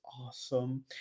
awesome